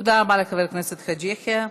תודה רבה לחבר הכנסת חאג' יחיא.